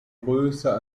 größer